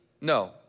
no